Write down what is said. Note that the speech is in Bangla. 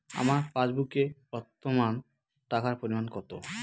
আমার পাসবুকে বর্তমান টাকার পরিমাণ কত?